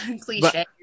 cliche